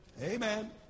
Amen